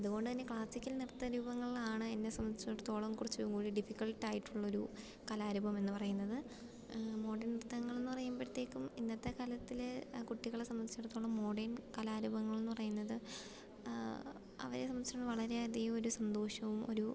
അതുകൊണ്ടുതന്നെ ക്ലാസിക്കൽ നൃത്തരൂപങ്ങളാണ് എന്നെ സംബന്ധിച്ചിടത്തോളം കുറച്ചുകൂടി ഡിഫിക്കൾട്ട് ആയിട്ടുള്ളൊരു കലാരൂപമെന്ന് പറയുന്നത് മോഡേൺ നൃത്തങ്ങളെന്ന് പറയുമ്പോഴേക്കും ഇന്നത്തെ കാലത്തെ കുട്ടികളെ സംബന്ധിച്ചിടത്തോളം മോഡേണ് കലാരൂപങ്ങളെന്ന് പറയുന്നത് അവരെ സംബന്ധിച്ചിട്ട് വളരെയധികം ഒരു സന്തോഷവും ഒരു